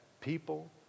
People